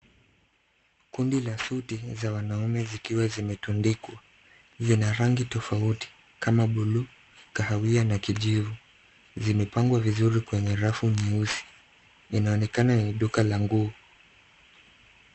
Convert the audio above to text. Kundi la suti za wanaume zikiwa zimetundikwa. Zina rangi tofauti kama buluu, kahawia na kijivu. Zimepangwa vizuri kwenye rafu nyeusi. Inaonekana ni duka la nguo.